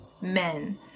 men